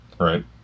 Right